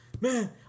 man